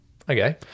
Okay